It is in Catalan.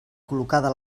col·locada